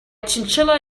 chinchilla